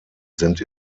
sind